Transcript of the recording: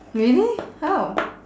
really how